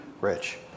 rich